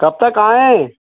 कब तक आएँ